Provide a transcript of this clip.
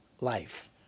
life